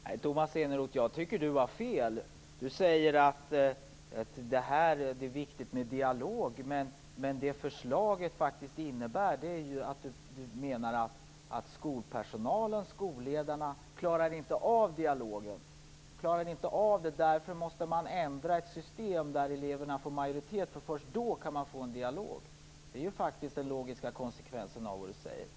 Herr talman! Jag tycker att Tomas Eneroth har fel. Han säger att det är viktigt med dialog, men förslaget innebär faktiskt att skolpersonal och skolledarna inte klarar av en dialog. Därför måste man ändra till ett system där eleverna får majoritet, och först då kan man få en dialog. Detta är den logiska konsekvensen av det Tomas Eneroth säger.